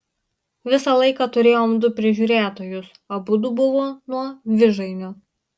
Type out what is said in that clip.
visą laiką turėjom du prižiūrėtojus abudu buvo nuo vižainio